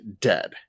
dead